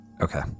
okay